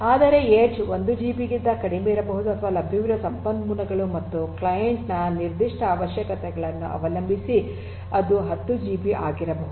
ಆದರೆ edge 1 GB ಗಿಂತ ಕಡಿಮೆ ಇರಬಹುದು ಅಥವಾ ಲಭ್ಯವಿರುವ ಸಂಪನ್ಮೂಲಗಳು ಮತ್ತು ಕ್ಲೈಂಟ್ ನ ನಿರ್ದಿಷ್ಟ ಅವಶ್ಯಕತೆಗಳನ್ನು ಅವಲಂಬಿಸಿ ಅದು 10 ಜಿಬಿ ಆಗಿರಬಹುದು